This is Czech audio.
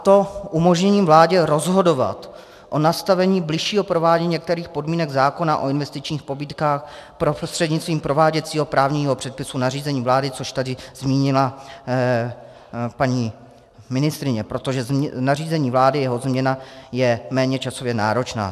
To umožní vládě rozhodovat o nastavení bližšího provádění některých podmínek zákona o investičních pobídkách prostřednictvím prováděcího právního předpisu, nařízením vlády, což tady zmínila paní ministryně, protože nařízení vlády a jeho změna je méně časově náročná.